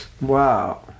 wow